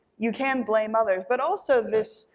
you can blame others, but also this,